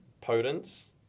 Potence